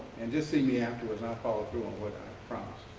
and just see me afterwards, i'll follow through on what i promised.